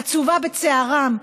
עצובה בצערם.